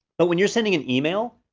but when you're sending an email,